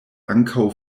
ankaŭ